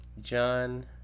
John